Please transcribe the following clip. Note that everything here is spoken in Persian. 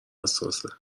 حساسه